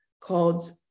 called